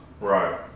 Right